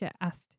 asked